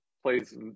plays